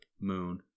moon